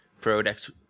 products